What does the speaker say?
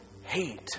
hate